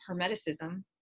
Hermeticism